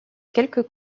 quelques